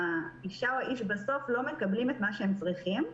והאיש או האישה בסוף לא מקבלים את מה שהם צריכים.